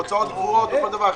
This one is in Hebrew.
הוצאות קבועות או כל דבר אחר.